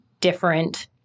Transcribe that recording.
different